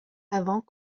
avant